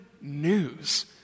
news